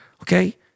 okay